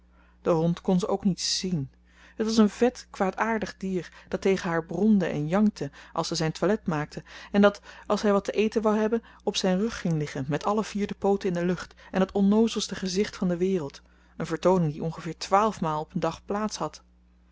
kon ze ook niet zien het was een vet kwaadaardig dier dat tegen haar bromde en jankte als ze zijn toilet maakte en dat als hij wat te eten wou hebben op zijn rug ging liggen met alle vier de pooten in de lucht en het onnoozelste gezicht van de wereld een vertooning die ongeveer twaalf maal op een dag plaats had